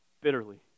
bitterly